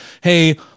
hey